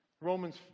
Romans